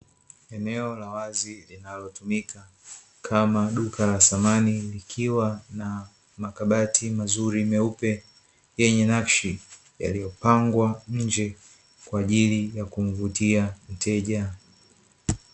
Eneo la wazi linalotumika kama duka la samani likiwa na makabati mazuri meupe yenye nakshi, yaliyopangwa nje kwa ajili ya kumvutia mteja.